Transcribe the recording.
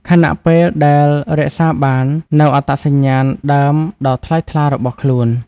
ខណៈពេលដែលរក្សាបាននូវអត្តសញ្ញាណដើមដ៏ថ្លៃថ្លារបស់ខ្លួន។